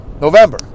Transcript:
November